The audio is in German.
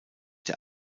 der